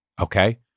okay